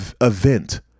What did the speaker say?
event